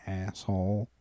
asshole